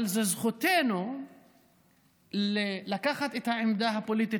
אבל זאת זכותנו לקחת את העמדה הפוליטית